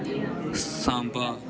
Samba